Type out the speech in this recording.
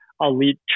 elite